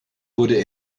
wurde